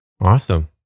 Awesome